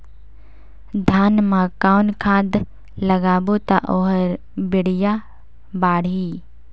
धान मा कौन खाद लगाबो ता ओहार बेडिया बाणही?